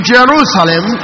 Jerusalem